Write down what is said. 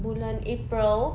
bulan april